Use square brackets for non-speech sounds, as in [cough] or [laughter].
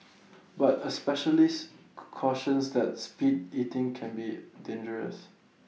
but A specialist [unintelligible] cautions that speed eating can be dangerous